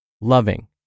loving